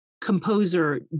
composer